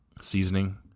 seasoning